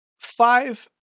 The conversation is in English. five